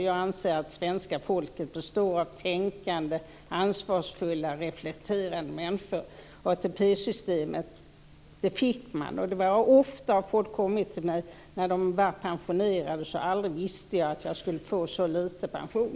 Jag anser att svenska folket består av tänkande, ansvarsfulla, reflekterande människor. ATP-systemet fick man, och ofta kom folk till mig när de blev pensionerade och sade: Aldrig visste jag att jag skulle få så lite pension.